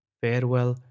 farewell